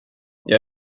jag